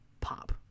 pop